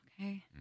Okay